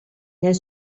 nel